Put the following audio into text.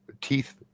teeth